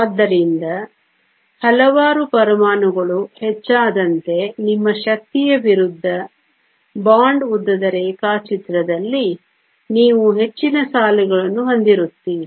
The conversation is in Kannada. ಆದ್ದರಿಂದ ಹಲವಾರು ಪರಮಾಣುಗಳು ಹೆಚ್ಚಾದಂತೆ ನಿಮ್ಮ ಶಕ್ತಿಯ ವಿರುದ್ಧ ಬಾಂಡ್ ಉದ್ದದ ರೇಖಾಚಿತ್ರದಲ್ಲಿ ನೀವು ಹೆಚ್ಚಿನ ಸಾಲುಗಳನ್ನು ಹೊಂದಿರುತ್ತೀರಿ